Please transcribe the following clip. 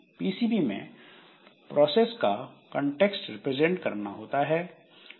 PCB में process का context represent करना होता है